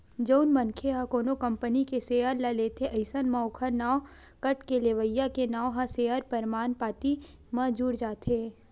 जउन मनखे ह कोनो कंपनी के सेयर ल लेथे अइसन म ओखर नांव कटके लेवइया के नांव ह सेयर परमान पाती म जुड़ जाथे